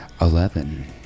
Eleven